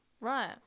Right